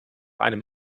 einem